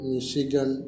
Michigan